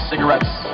cigarettes